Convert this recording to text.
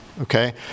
Okay